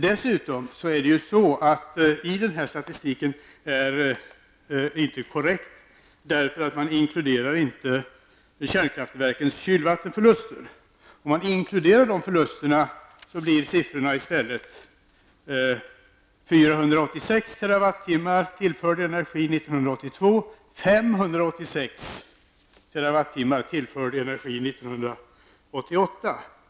Dessutom är den här statistiken icke korrekt, för den inkluderar inte kärnkraftverkens kylvattensförluster. Om man inkluderar de förlusterna, blir siffrorna i stället 486 TWh tillförd energi 1982, 586 TWh tillförd energi 1988.